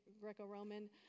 Greco-Roman